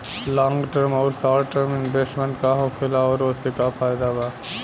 Long term आउर short term investment का होखेला और ओसे का फायदा बा?